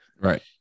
Right